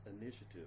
initiative